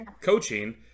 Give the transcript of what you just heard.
coaching